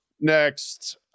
next